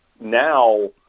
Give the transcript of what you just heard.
now